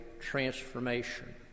transformation